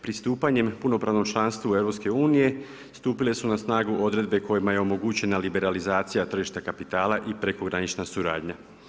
Pristupanjem punopravnom članstvu EU stupile su na snagu odredbe kojima je omogućena liberalizacija tržišta kapitala i prekogranična suradnja.